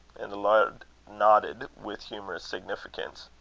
and the laird nodded with humorous significance.